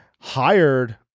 hired